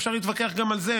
אפשר להתווכח גם על זה,